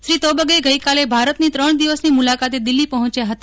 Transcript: શ્રી તોબગે ગઈકાલે ભારતની ત્રણ દિવસની મુલાકાતે દિલ્હી પહોંચ્યા હતા